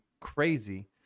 crazy